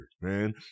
man